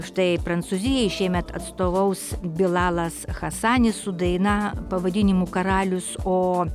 štai prancūzijai šiemet atstovaus bilalas hasanis su daina pavadinimu karalius o